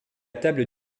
table